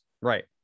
right